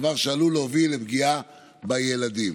דבר שעלול להוביל לפגיעה בילדים.